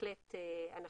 אנחנו